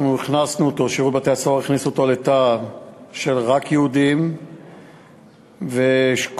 שירות בתי-הסוהר הכניס אותו לתא של יהודים בלבד,